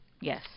Yes